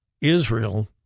Israel